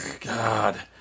God